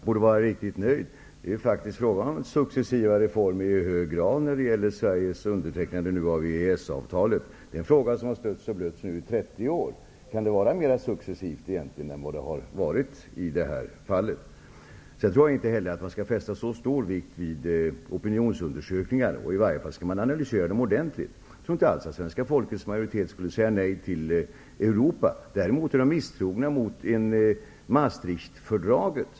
Herr talman! Hans Göran Franck borde vara riktigt nöjd. Det är faktiskt i hög grad fråga om successiva reformer när det gäller Sveriges undertecknande av EES-avtalet. Det är en fråga som har stötts och blötts i 30 år. Kan det vara mer successivt? Jag tror inte att man skall fästa så stor vikt vid opinionsundersökningar. I så fall skall man analysera dem ordentligt. Jag tror inte alls att majoriteten av svenska folket skulle säga nej till Europa. Däremot är de misstrogna mot Maastrichtfördraget.